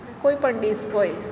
કોઈપણ ડિશ હોય